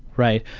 right?